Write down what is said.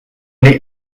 les